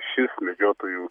šis medžiotojų